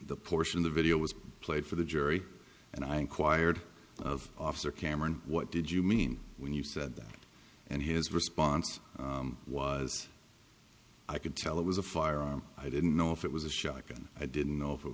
the portion of the video was played for the jury and i inquired of officer cameron what did you mean when you said that and his response was i could tell it was a firearm i didn't know if it was a shotgun i didn't know if it